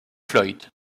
floyd